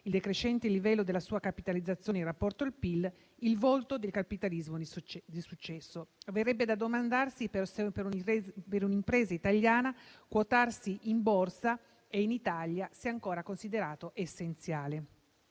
il decrescente livello della sua capitalizzazione in rapporto al PIL - il volto del capitalismo di successo. Verrebbe da domandarsi se per un'impresa italiana quotarsi in Borsa e in Italia sia ancora considerato essenziale.